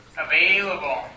Available